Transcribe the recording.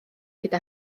gyda